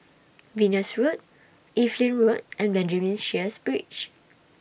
Venus Road Evelyn Road and Benjamin Sheares Bridge